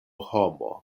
homo